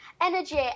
energy